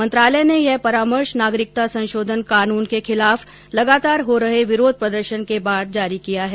मंत्रालय ने यह परामर्श नागरिकता संशोधन कानून के खिलाफ लगातार हो रहे विरोध प्रदर्शन के बाद जारी किया है